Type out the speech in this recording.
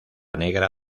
negra